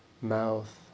mouth